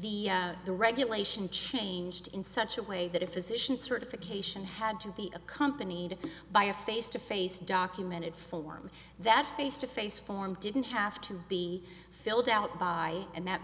the the regulation changed in such a way that a physician certification had to be accompanied by a face to face documented form that face to face form didn't have to be filled out by and that